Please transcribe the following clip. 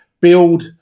build –